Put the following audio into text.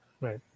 Right